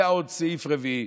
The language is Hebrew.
היה עוד סעיף רביעי,